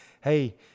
hey